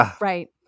Right